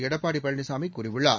எடப்பாடி பழனிசாமி கூறியுள்ளார்